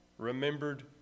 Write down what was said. Remembered